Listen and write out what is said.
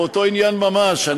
באותו עניין ממש,